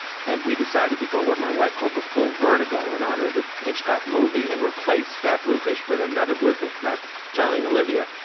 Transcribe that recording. and we decided to go what my wife called the full vertigo, in honor of the hitchcock movie, and replace that bluefish with another bluefish without telling olivia.